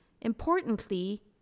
Importantly